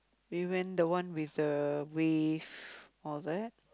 we went the one with the wave what was that